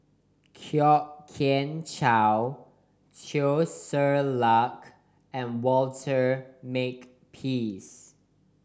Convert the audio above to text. Kwok Kian Chow Teo Ser Luck and Walter Makepeace